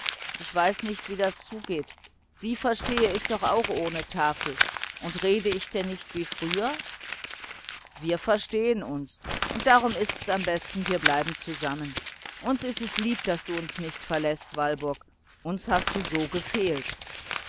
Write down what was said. ich weiß nicht wie das zugeht sie verstehe ich doch auch ohne tafel und rede ich denn nicht wie früher auch für uns redest du ganz recht entgegnete frau pfäffling wir verstehen uns und darum ist's am besten wir bleiben zusammen uns ist's lieb daß du uns nicht verläßt walburg du hast uns so gefehlt